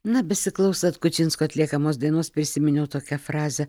na besiklausant kučinsko atliekamos dainos prisiminiau tokią frazę